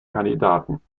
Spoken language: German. kandidaten